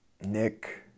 Nick